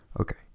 Okay